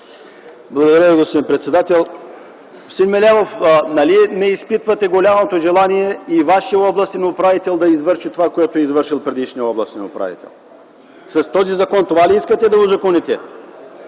Благодаря Ви, господин председател. Господин Мелемов, нали не изпитвате голямото желание и вашият областен управител да извърши това, което е извършил предишният областен управител? С този закон, това ли искате да узаконите?